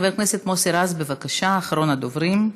חבר הכנסת מוסי רז, בבקשה, אחרון הדוברים.